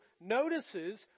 notices